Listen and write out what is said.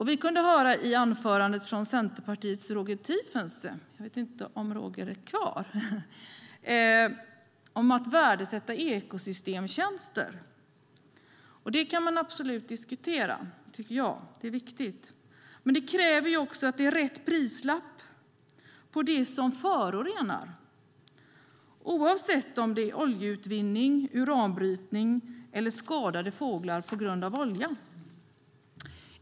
Vi kunde höra i anförandet av Centerpartiets Roger Tiefensee om att värdesätta ekosystemtjänster. Det kan man absolut diskutera, tycker jag - det är viktigt. Men det kräver också att det är rätt prislapp på det som förorenar, oavsett om det är oljeutvinning, uranbrytning eller skadade fåglar på grund av oljan.